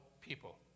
people